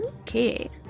okay